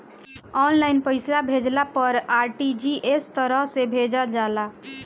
online पईसा भेजला पअ आर.टी.जी.एस तरह से भेजल जाला